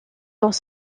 dans